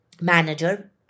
manager